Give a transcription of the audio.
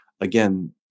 again